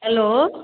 hello